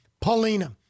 Paulina